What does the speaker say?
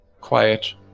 quiet